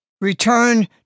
Return